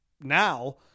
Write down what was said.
Now